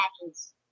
patches